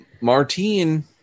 Martine